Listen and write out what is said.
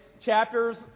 Chapters